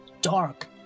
dark